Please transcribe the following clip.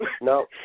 No